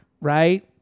Right